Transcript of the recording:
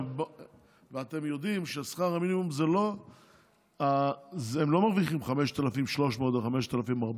אתם יודעים שבשכר המינימום הם לא מרוויחים 5,300 או 5,400,